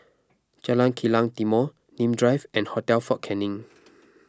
Jalan Kilang Timor Nim Drive and Hotel fort Canning